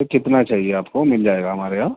تو کتنا چاہیے آپ کو مل جائے گا ہمارے یہاں